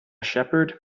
shepherd